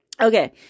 Okay